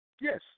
Yes